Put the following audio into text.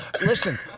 Listen